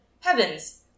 Heavens